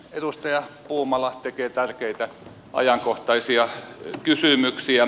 edustaja puumala tekee tärkeitä ajankohtaisia kysymyksiä